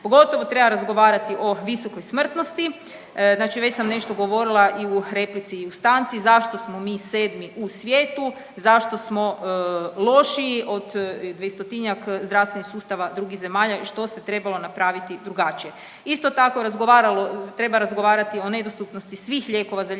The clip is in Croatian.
Pogotovo treba razgovarati o visokoj smrtnosti. Znači već sam nešto govorila i u replici i u stanci zašto smo mi sedmi u svijetu, zašto smo lošiji od 200-tinjak zdravstvenih sustava drugih zemalja i što se trebalo napraviti drugačije. Isto tako, razgovaralo, treba razgovarati o nedostupnosti svih lijekova za liječenje